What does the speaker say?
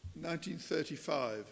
1935